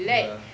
ya